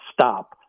stop